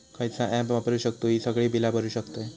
खयचा ऍप वापरू शकतू ही सगळी बीला भरु शकतय?